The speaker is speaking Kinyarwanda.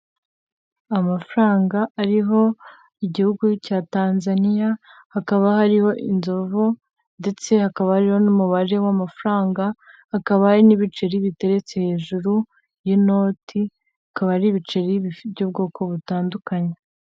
Amafaranga ariho igihugu cya tanzania hakaba hariho inzovu ndetse hakaba harihoo n'umubare w'amafaranga, hakaba hari n'ibiceri biteretse hejuru y'inoti hakaba hari ibiceri by'ubwoko butandukanye.